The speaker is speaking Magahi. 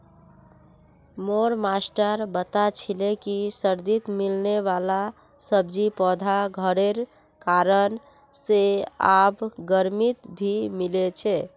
मोर मास्टर बता छीले कि सर्दित मिलने वाला सब्जि पौधा घरेर कारण से आब गर्मित भी मिल छे